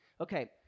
Okay